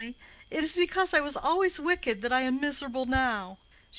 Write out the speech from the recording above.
it is because i was always wicked that i am miserable now.